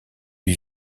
lui